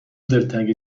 دلتنگ